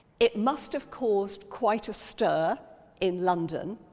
it must have caused quite a stir in london,